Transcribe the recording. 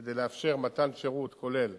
כדי לאפשר מתן שירות כולל